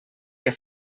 que